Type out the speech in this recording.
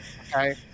Okay